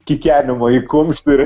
kikenimą į kumštį